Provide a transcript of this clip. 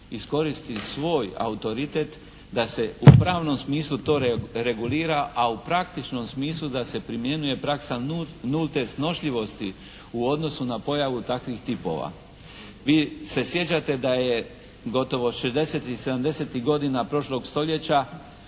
iskoristi svoj autoritet da se u pravnom smislu to regulira, a u praktičnom smislu da se primjenjuje praksa nulte snošljivosti u odnosu na pojavu takvih tipova. Vi se sjećate da je gotovo šezdesetih i sedamdesetih godina prošlog stoljeća